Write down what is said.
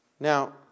Now